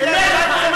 אם יש לך,